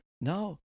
Now